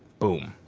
boom.